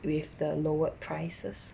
with the lowered prices